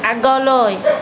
আগলৈ